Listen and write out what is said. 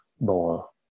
ball